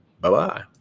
Bye-bye